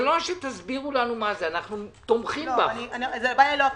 הבעיה היא לא הכסף.